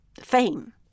fame